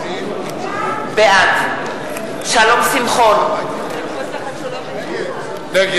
בעד שלום שמחון - נגד.